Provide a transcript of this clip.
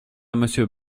monsieur